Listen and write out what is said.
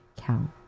count